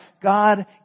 God